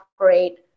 operate